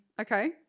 Okay